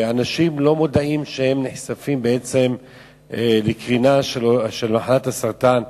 אנשים לא מודעים שהם נחשפים בעצם לקרינה של מחלת הסרטן.